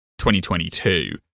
2022